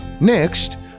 Next